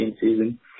season